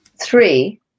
three